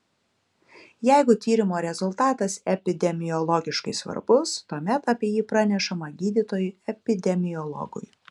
jeigu tyrimo rezultatas epidemiologiškai svarbus tuomet apie jį pranešama gydytojui epidemiologui